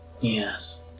Yes